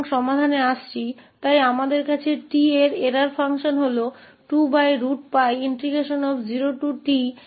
तो समाधान के लिए आ रहा है इसलिए हमारे पास 𝑡 की परिभाषा त्रुटि फ़ंक्शन 2√𝜋0te u2du है